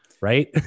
Right